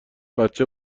بچه